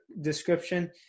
description